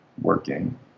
working